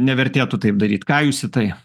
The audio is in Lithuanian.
nevertėtų taip daryt ką jūs į tai